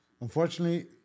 unfortunately